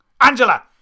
Angela